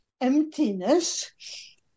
emptiness